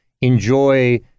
enjoy